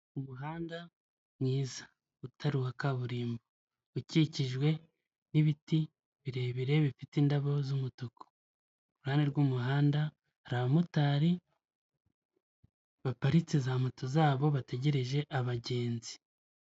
Umuhanda mwiza utari uwa kaburimbo ukikijwe n'ibiti birebire bifite indabo z'umutuku. Iruhande rw'umuhanda hari abamotari baparitse za moto zabo bategereje abagenzi.